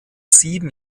sieben